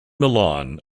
milan